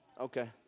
okay